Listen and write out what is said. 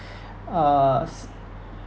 uh